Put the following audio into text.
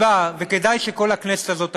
וכדאי שכל הכנסת הזאת תקשיב.